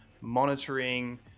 monitoring